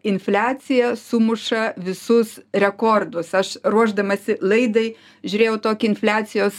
infliacija sumuša visus rekordus aš ruošdamasi laidai žiūrėjau tokį infliacijos